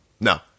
No